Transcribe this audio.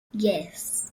yes